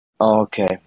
Okay